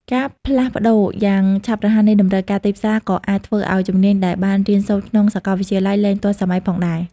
ការផ្លាស់ប្តូរយ៉ាងឆាប់រហ័សនៃតម្រូវការទីផ្សារ ក៏អាចធ្វើឲ្យជំនាញដែលបានរៀនសូត្រក្នុងសាកលវិទ្យាល័យ លែងទាន់សម័យផងដែរ។